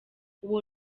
uwo